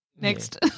Next